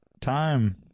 Time